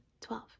twelve